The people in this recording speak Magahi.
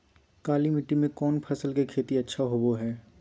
काली मिट्टी में कौन फसल के खेती अच्छा होबो है?